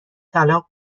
طلاق